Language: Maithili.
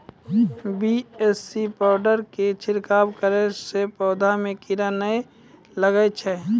बी.ए.सी पाउडर के छिड़काव करला से पौधा मे कीड़ा नैय लागै छै?